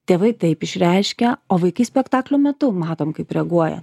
tėvai taip išreiškia o vaikai spektaklio metu matom kaip reaguoja